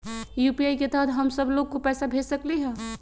UPI के तहद हम सब लोग को पैसा भेज सकली ह?